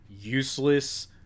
useless